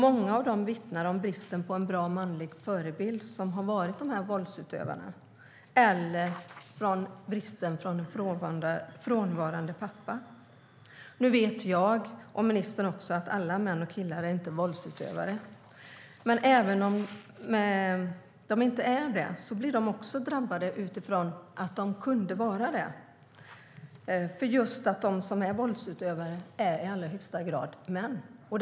Många av dem som har varit våldsutövare vittnar om bristen på en bra manlig förebild, eller om bristen på en närvarande pappa. Nu vet jag, och även ministern, att alla män och killar inte är våldsutövare. Men även om de inte är det blir de också drabbade, utifrån att de kunde vara det - eftersom de som är våldsutövare i allra högsta grad är män.